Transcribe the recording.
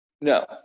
No